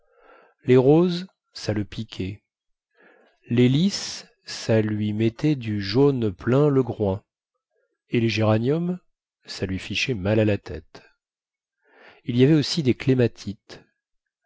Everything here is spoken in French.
les roses ça le piquait les lis ça lui mettait du jaune plein le groin et les géraniums ça lui fichait mal à la tête il y avait aussi des clématites